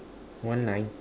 one line